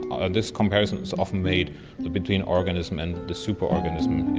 ah and this comparison is often made between organism and the super-organism in